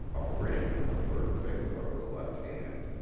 a ring on the third finger of her left hand.